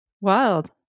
Wild